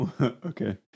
okay